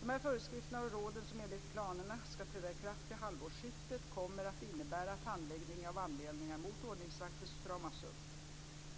Dessa föreskrifter och råd, som enligt planerna ska träda i kraft vid halvårsskiftet, kommer att innebära att handläggningen av anmälningar mot ordningsvakter stramas upp.